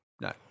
No